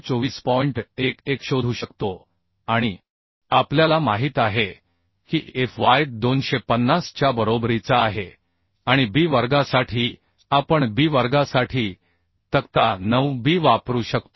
11 शोधू शकतो आणि आपल्याला माहित आहे की एफ वाय 250 च्या बरोबरीचा आहे आणि B वर्गासाठी आपण B वर्गासाठी तक्ता 9 B वापरू शकतो